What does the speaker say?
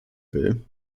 will